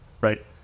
right